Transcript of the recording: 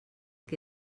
que